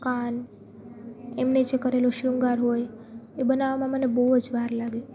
કાન એમને જે કરેલું શૃંગાર હોય એ બનાવવામાં મને બહુ જ વાર લાગી